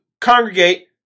congregate